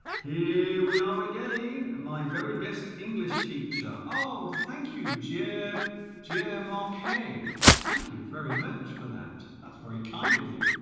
here we are again my very best english teacher oh thank you jer jer yeah marc hey thank you very much for that that's very kind of you